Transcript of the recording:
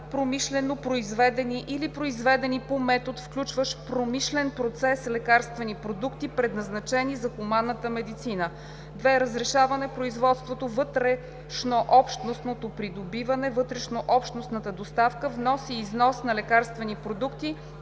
промишлено произведени или произведени по метод, включващ промишлен процес, лекарствени продукти, предназначени за хуманната медицина; 2. разрешаване производството, вътрешнообщностното придобиване, вътрешнообщностната доставка, внос и износ на лекарствени продукти;